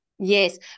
Yes